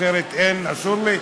אחרת אסור לי?